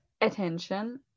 attention